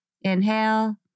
Inhale